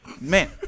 Man